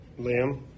Liam